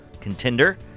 contender